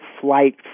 flight